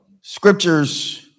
scriptures